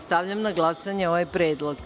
Stavljam na glasanje ovaj predlog.